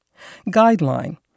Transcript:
Guideline